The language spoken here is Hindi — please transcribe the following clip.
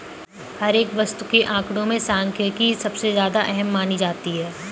हर एक वस्तु के आंकडों में सांख्यिकी सबसे ज्यादा अहम मानी जाती है